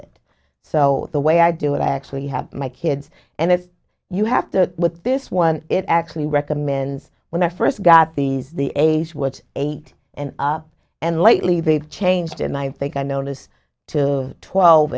it so the way i do it i actually have my kids and if you have to with this one it actually recommends when i first got these the age would eight and up and lately they've changed and i think i notice two twelve